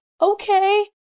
okay